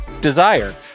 Desire